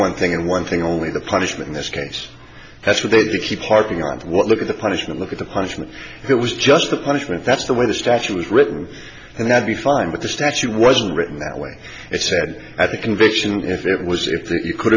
one thing and one thing only the punishment in this case that's what they do you keep harping on what look at the punishment look at the punishment it was just the punishment that's the way the statute was written and i'd be fine with the statute wasn't written that way and i said at the convention if it was if you could